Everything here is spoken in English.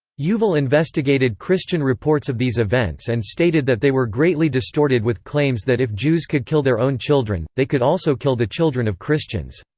yuval investigated christian reports of these events and stated that they were greatly distorted with claims that if jews could kill their own children, they could also kill the children of christians.